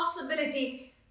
possibility